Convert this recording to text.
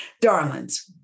Darlings